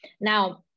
Now